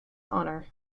honor